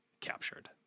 captured